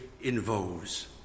involves